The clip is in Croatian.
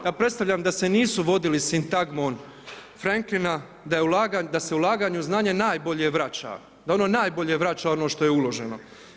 Ja pretpostavljam da se nisu vodili sintagmom Frenklina da se ulaganje u znanje najbolje vrača, da ono najbolje vrača ono što je uloženo.